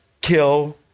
kill